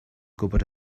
gwybod